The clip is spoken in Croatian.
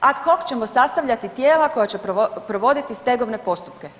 ad hoc ćemo sastavljati tijela koja će provoditi stegovne postupke.